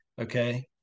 Okay